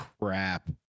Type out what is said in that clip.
crap